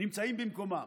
נמצא במקומו.